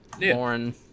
Lauren